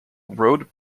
road